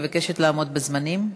אני מבקשת לעמוד בזמנים.